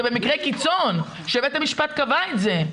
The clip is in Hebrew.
זה במקרה קיצון שבית המשפט קבע את זה.